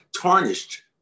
tarnished